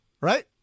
right